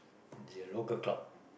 is it a local club